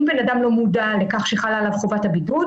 אם בן אדם לא מודע לכך שחלה עליו חובת הבידוד,